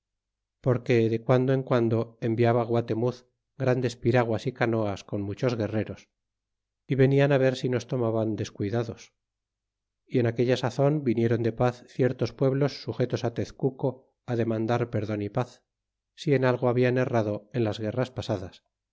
porque de guando en guando enviaba guatemuz grandes piraguas y canoas con muchos guerreros y venian ver si nos tomaban descuidados y en aquella sazon vinieron de paz ciertos pueblos sujetos tezcuco demandar perdon y paz si en algo hablan errado en las guerras pasadas